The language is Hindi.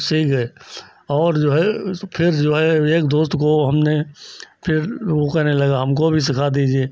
सीख गए और जो है उस फिर जो है एक दोस्त को हमने फिर वह कहने लगा हमको भी सिखा दीजिए